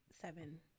seven